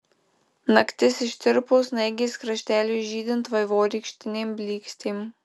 naktis ištirpo snaigės krašteliui žydint vaivorykštinėm blykstėm